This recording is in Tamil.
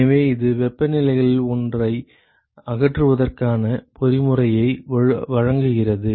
எனவே இது வெப்பநிலைகளில் ஒன்றை அகற்றுவதற்கான பொறிமுறையை வழங்குகிறது